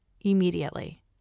immediately